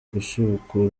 gusubukura